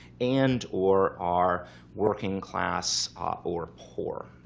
and or are working class or poor.